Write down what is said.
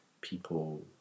people